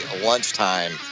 lunchtime